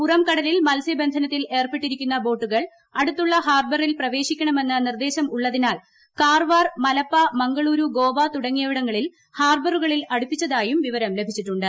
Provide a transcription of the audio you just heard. പുറംകടലിൽ മത്സ്യബന്ധനത്തിൽ ഏർപ്പെട്ടിരിക്കുന്ന ബോട്ടുകൾ അടുത്തുള്ള ഹാർബറിൽ പ്രവേശിക്കണമെന്ന് നിർദേശം ഉള്ളതിനാൽ കാർവാർമലപ്പ മംഗളുരു തുടങ്ങിയിടങ്ങളിൽ ഹാർബറുകളിൽ ബോട്ടുകൾ ഗോവ അടുപ്പിച്ചതായും വിവരം ലഭിച്ചിട്ടുണ്ട്